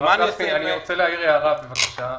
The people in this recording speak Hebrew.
אני רוצה להעיר הערה בבקשה,